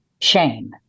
shame